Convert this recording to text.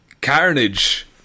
Carnage